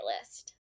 list